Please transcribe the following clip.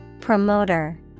Promoter